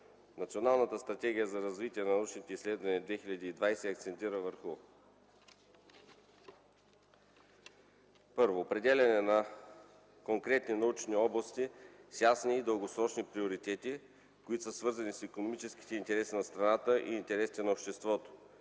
Националната стратегия за развитие на научните изследвания 2020 акцентира върху: 1. Определяне на конкретни научни области с ясни и дългосрочни приоритети, които са свързани с икономическите интереси на страната и интересите на обществото